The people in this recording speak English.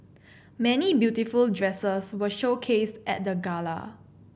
many beautiful dresses were showcased at the gala